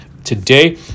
Today